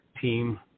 team